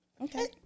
Okay